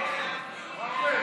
ההצעה